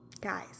guys